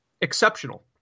exceptional